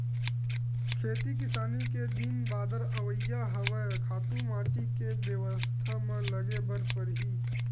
खेती किसानी के दिन बादर अवइया हवय, खातू माटी के बेवस्था म लगे बर परही